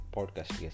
Podcast